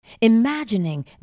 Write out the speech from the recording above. Imagining